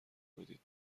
بدید